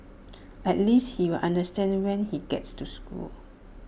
at least he'll understand when he gets to school